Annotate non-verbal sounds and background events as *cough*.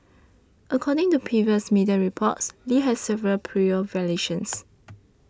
according to previous media reports Lee has several prior violations *noise*